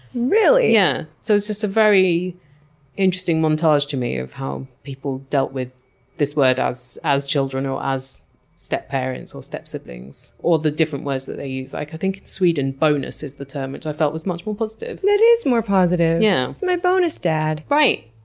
really? yeah. so it was just a very interesting montage to me of how people dealt with this word as as children, or as stepparents, or stepsiblings, or the different words that they use. i think in sweden, bonus is the term, which i felt was much more positive. that is more positive! yeah that's my bonus dad! right,